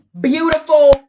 beautiful